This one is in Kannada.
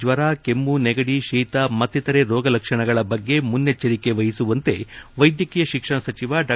ಜ್ವರ ಕೆಮ್ನು ನೆಗಡಿ ಶೀತ ಮತ್ತಿತರೇ ರೋಗ ಲಕ್ಷಣಗಳ ಬಗ್ಗೆ ಮುನ್ನೆಚ್ಚರಿಕೆ ವಹಿಸುವಂತೆ ವೈದ್ಯಕೀಯ ಶಿಕ್ಷಣ ಸಚಿವ ಡಾ